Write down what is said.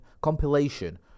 Compilation